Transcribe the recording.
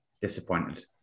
Disappointed